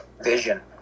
Vision